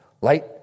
Light